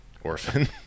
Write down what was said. Orphan